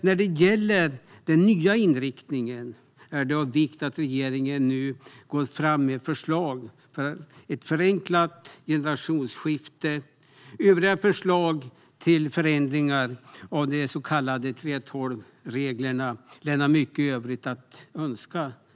När det gäller den nya inriktningen är det av vikt att regeringen nu går fram med förslag för ett förenklat generationsskifte. Övriga förslag till förändringar av de så kallade 3:12-reglerna lämnar mycket i övrigt att önska.